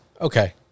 okay